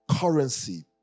currency